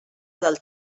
del